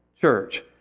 church